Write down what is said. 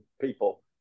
people